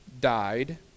died